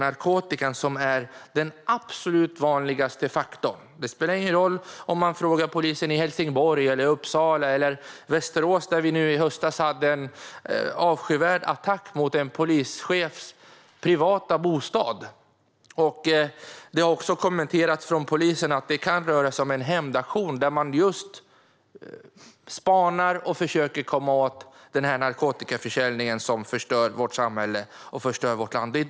Narkotikan är den absolut vanligaste faktorn, och det spelar ingen roll om man frågar polisen i Helsingborg eller Uppsala. I Västerås hade vi i höstas en avskyvärd attack mot en polischefs privata bostad. Det kan enligt polisen röra sig om en hämndaktion för att polisen just spanar och försöker komma åt narkotikaförsäljningen, som förstör vårt samhälle och vårt land.